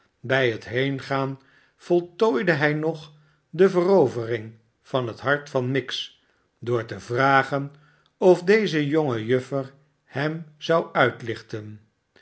bij het heengaan voltooide hij nog de verovering van het hart van miggs door te vragen of deze jonge juffer hem zou uitlichten